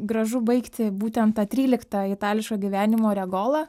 gražu baigti būtent ta trylikta itališko gyvenimo oregola